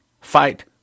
fight